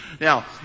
Now